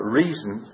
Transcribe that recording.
reason